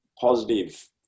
positive